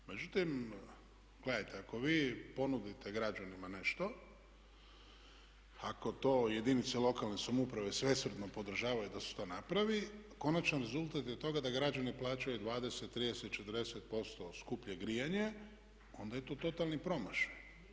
Međutim, gledajte ako vi ponudite građanima nešto ako to jedinice lokalne samouprave svesrdno podržavaju da se to napravi konačan rezultat je toga da građani plaćaju 20, 30, 40% skuplje grijanje onda je to totalni promašaj.